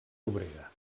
obrera